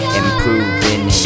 improving